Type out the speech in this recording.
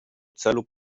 celu